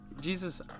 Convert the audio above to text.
Jesus